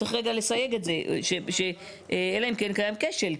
צריך רגע לסייג את זה, שאלא אם כן קיים כשל.